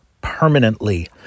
permanently